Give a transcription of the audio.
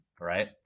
right